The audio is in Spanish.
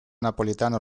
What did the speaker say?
napolitano